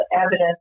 evidence